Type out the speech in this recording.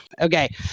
Okay